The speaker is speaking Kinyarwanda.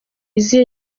izihe